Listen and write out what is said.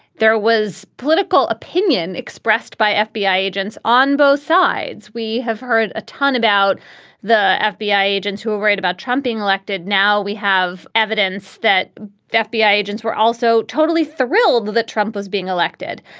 there was political opinion expressed by fbi agents on both sides. we have heard a ton about the fbi agents who are worried about trumping elected. now we have evidence that that fbi agents were also totally thrilled that trump was being elected.